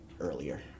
earlier